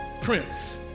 Prince